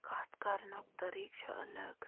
کَتھ کَرنُک طٔریٖقہٕ چھُ الگ